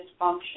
dysfunction –